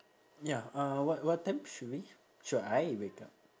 ya uh what what time should we should I wake up